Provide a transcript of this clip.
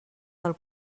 del